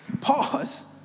Pause